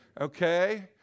Okay